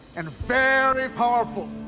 and very powerful.